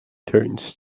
turns